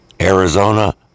Arizona